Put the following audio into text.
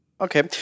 okay